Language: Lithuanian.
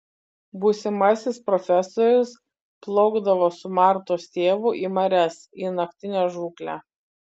būsimasis profesorius plaukdavo su martos tėvu į marias į naktinę žūklę